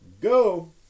Go